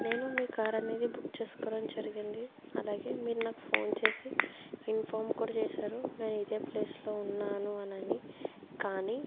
నేను మీ కార్ అనేది బుక్ చేసుకోవడం జరిగింది అలాగే మీరు నాకు ఫోన్ చేసి ఇన్ఫామ్ కూడా చేశారు నేను ఇదే ప్లేస్ లో ఉన్నాను అనని కానీ